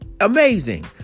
Amazing